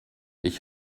ich